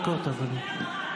להגיד,